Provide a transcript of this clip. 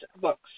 books